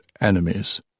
enemies